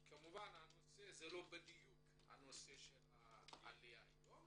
כמובן, זה לא בדיוק הנושא של העלייה היום